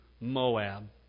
Moab